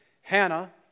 Hannah